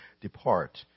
depart